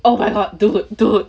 oh my god dude dude